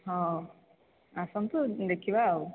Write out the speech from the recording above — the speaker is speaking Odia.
ହଁ ଆସନ୍ତୁ ଦେଖିବା ଆଉ